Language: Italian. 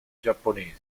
giapponesi